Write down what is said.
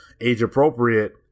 age-appropriate